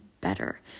better